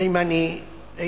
ואם אני אהיה